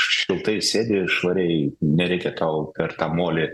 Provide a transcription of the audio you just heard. šiltai sėdi švariai nereikia tau per tą molį